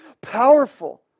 powerful